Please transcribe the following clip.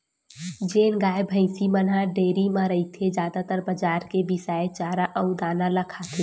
जेन गाय, भइसी मन ह डेयरी म रहिथे जादातर बजार के बिसाए चारा अउ दाना ल खाथे